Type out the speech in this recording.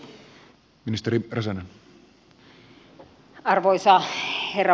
arvoisa herra puhemies